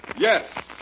Yes